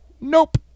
nope